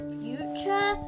future